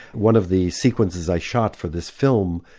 one of the sequences i shot for this film,